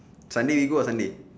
sunday we go on sunday